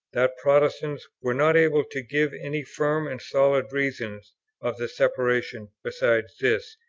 that protestants were not able to give any firm and solid reason of the separation besides this,